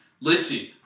listen